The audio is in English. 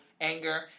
anger